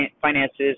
finances